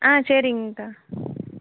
ஆ சரிங்கக்கா